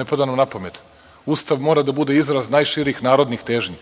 Ne pada nam na pamet. Ustav mora da bude izraz najširih narodnih težnji.